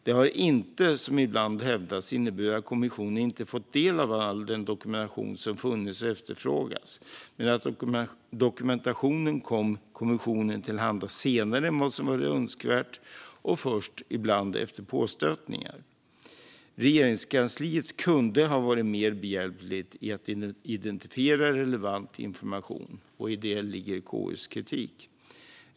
Det har inte, som ibland hävdats, inneburit att kommissionen inte fått del av all den dokumentation som funnits och efterfrågats, men dokumentationen kom kommissionen till handa senare än önskvärt och ibland först efter påstötningar. Regeringskansliet kunde ha varit mer behjälpligt i att identifiera relevant information, och i det ligger KU:s kritik.